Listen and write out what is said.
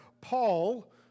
Paul